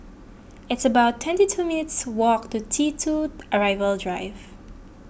it's about twenty two minutes' walk to T two Arrival Drive